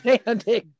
standing